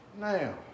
Now